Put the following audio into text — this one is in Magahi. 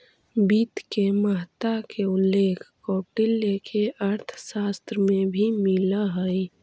वित्त के महत्ता के उल्लेख कौटिल्य के अर्थशास्त्र में भी मिलऽ हइ